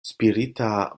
spirita